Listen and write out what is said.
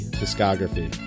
discography